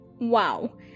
Wow